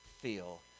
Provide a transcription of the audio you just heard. feel